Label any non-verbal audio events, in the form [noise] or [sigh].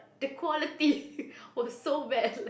the quality [laughs] was so bad